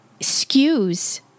skews